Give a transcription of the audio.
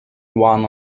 one